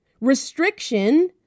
restriction